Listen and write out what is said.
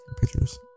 pictures